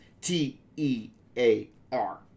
T-E-A-R